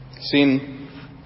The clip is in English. Sin